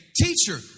teacher